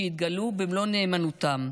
שהתגלו במלוא נאמנותם,